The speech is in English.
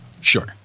Sure